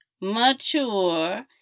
mature